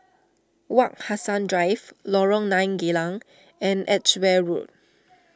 Wak Hassan Drive Lorong nine Geylang and Edgeware Road